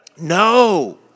No